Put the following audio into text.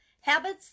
Habits